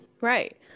Right